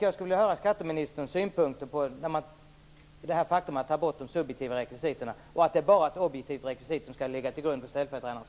Jag skulle vilja höra skatteministerns åsikt om att man tar bort de subjektiva rekvisiten. Enbart ett objektivt rekvisit skall nu ligga till grund för ställföreträdaransvar.